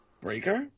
Breaker